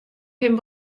him